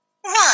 One